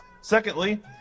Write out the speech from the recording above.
Secondly